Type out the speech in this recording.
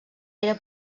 era